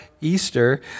Easter